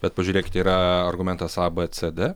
bet pažiūrėkit yra argumentas a b c d